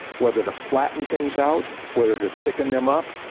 whether to flatten things out, whether to thicken them up.